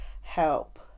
help